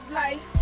life